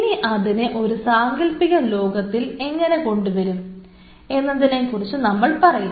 ഇനി അതിനെ ഒരു സാങ്കൽപിക ലോകത്തിൽ എങ്ങനെ കൊണ്ടുവരും എന്നതിനെ കുറിച്ച് നമ്മൾ പറയും